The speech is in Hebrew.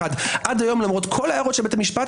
עד היום למרות כל ההערות של בית המשפט